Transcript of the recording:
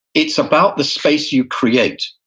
it's about the space you create.